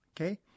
okay